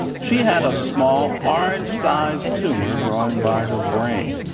she had a small, orange-sized tumor growing by her brain,